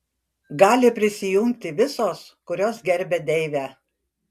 gali prisijungti visos kurios gerbia deivę